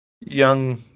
young